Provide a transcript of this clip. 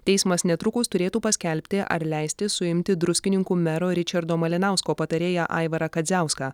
teismas netrukus turėtų paskelbti ar leisti suimti druskininkų mero ričardo malinausko patarėją aivarą kadziauską